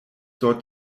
dort